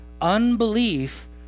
unbelief